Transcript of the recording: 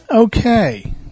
Okay